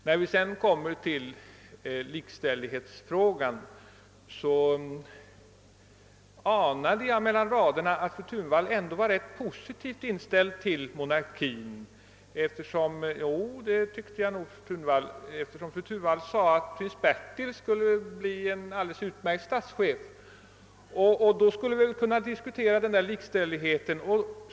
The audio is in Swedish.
När det sedan gällde likställighetsfrågan anade jag mellan raderna att fru Thunvall ändå var rätt positivt inställd till monarkin — jo, det tyckte jag nog, fru Thunvall! — eftersom fru Thunvall sade att prins Bertil skulle kunna bli en alldeles utmärkt statschef. Vi skulle därför kanske gemensamt kunna diskutera denna likställighet.